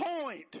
point